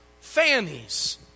fannies